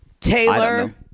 Taylor